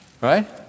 right